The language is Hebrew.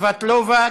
סבטלובה קסניה,